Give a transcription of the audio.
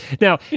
Now